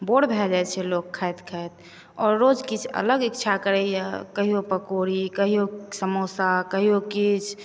बोर भऽ जाइ छै लोक खाइत खाइत आओर रोज किछु अलग इच्छा करैए कहियो पकौड़ी कहियो समोसा कहियो किछु